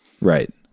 right